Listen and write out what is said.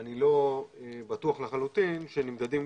אני לא בטוח לחלוטין שנמדדים